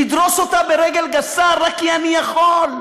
לדרוס אותה ברגל גסה רק כי אני יכול.